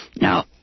Now